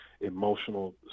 emotional